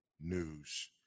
news